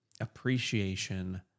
appreciation